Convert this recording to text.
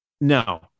No